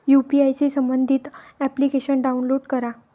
UPI शी संबंधित application download करा